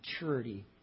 maturity